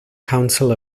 council